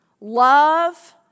love